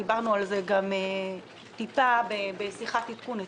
דיברנו על זה גם איתה בשיחת עדכון אתמול.